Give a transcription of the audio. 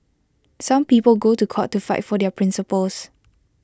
some people go to court to fight for their principles